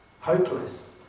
hopeless